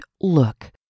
Look